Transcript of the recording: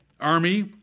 army